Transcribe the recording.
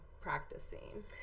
practicing